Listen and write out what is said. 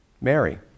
Mary